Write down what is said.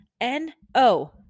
N-O